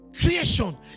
Creation